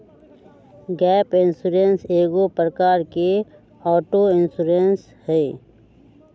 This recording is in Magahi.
गैप इंश्योरेंस एगो प्रकार के ऑटो इंश्योरेंस हइ